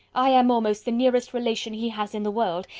i am almost the nearest relation he has in the world,